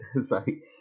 sorry